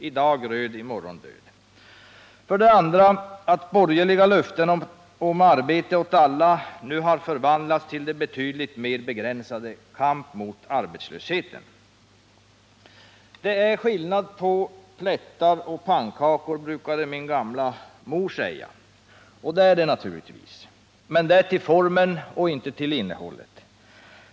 ”I dag röd, i morgon död.” För det andra: Borgerliga löften om arbete åt alla nu har förvandlats till det betydligt mer begränsade ”kamp mot arbetslösheten”. Det är skillnad på plättar och pannkakor, brukade min gamla mor säga. Och det är det naturligtvis. Men det är till formen, inte till innehållet.